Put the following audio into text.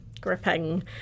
gripping